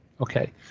Okay